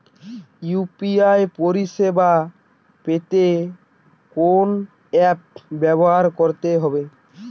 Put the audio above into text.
UPI পরিসেবা পেতে কোন অ্যাপ ব্যবহার করতে হবে?